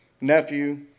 nephew